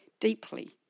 Deeply